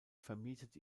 vermietet